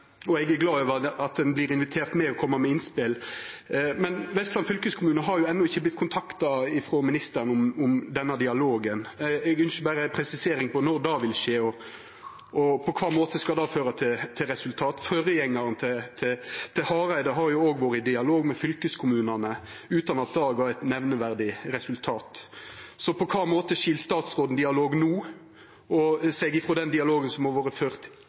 og eg er glad for at ein vert invitert med til å koma med innspel. Men Vestland fylkeskommune har enno ikkje vorte kontakta av ministeren om denne dialogen. Eg ynskjer berre ei presisering av når det vil skje, og på kva måte det skal føra til resultat. Forgjengaren til statsråd Hareide har jo òg vore i dialog med fylkeskommunane utan at det gav eit nemneverdig resultat. På kva måte skil statsrådsdialogen no seg frå den dialogen som har vore ført